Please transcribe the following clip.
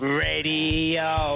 radio